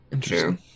True